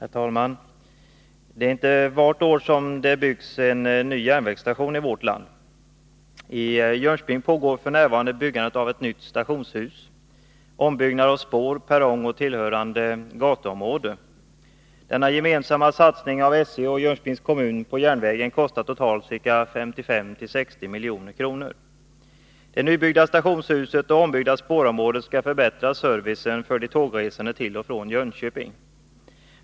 Herr talman! Det är inte vart år som det byggs en ny järnvägsstation i vårt land. I Jönköping pågår f. n. byggande av ett nytt stationshus och ombyggnad av spår, perrong och tillhörande gatuområde. Denna gemensamma satsning av SJ och Jönköpings kommun på järnvägen kostar totalt 55-60 miljoner. Det nybyggda stationshuset och det ombyggda spårområdet skall förbättra servicen för de tågresande till och från Jönköping.